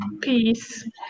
peace